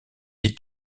est